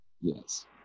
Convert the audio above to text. Yes